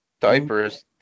Diapers